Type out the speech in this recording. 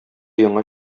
яңа